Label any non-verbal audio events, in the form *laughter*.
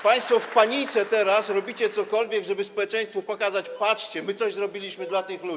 Państwo w panice teraz robicie cokolwiek, *noise* żeby społeczeństwu pokazać: patrzcie, my coś zrobiliśmy dla tych ludzi.